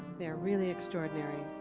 they're really extraordinary.